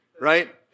Right